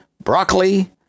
broccoli